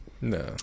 No